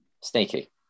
Sneaky